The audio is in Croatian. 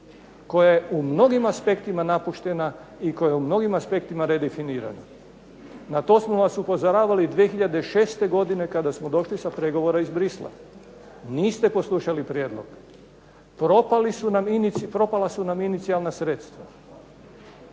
koja je u mnogim aspektima napuštena, i koja je u mnogim aspektima redefinirana. Na to smo vas upozoravali 2006. godine kada smo došli sa pregovora iz Bruxellesa. Niste poslušali prijedlog. Propala su nam inicijalna sredstva.